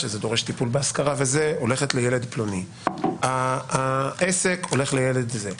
שדורשת טיפול בהשכרה תלך לילד פלוני; העסק ילך לילד אחר;